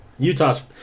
Utah's